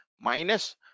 Minus